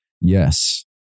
yes